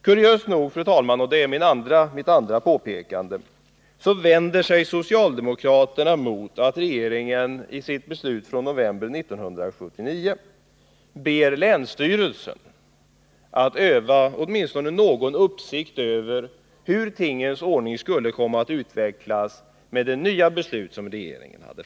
Kuriöst nog, fru talman — och det är mitt andra påpekande — vänder sig socialdemokraterna mot att regeringen i sitt beslut från november 1979 ber länsstyrelsen att öva åtminstone någon uppsikt över hur förhållandena utvecklas efter det nya beslut som regeringen fattat.